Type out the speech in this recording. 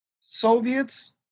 Soviets